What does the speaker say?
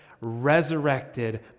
resurrected